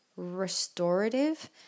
restorative